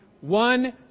One